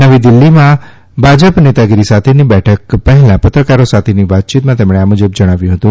નવી દિલ્ફીમાં ભાજપ નેતાગીરી સાથેની બેઠક પહેલાં પત્રકારો સાથેની વાતચીતમાં તેમણે આ મુજબ જણાવ્યું હતું